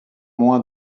moins